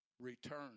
return